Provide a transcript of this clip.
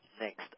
next